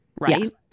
right